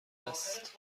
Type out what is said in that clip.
است